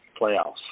playoffs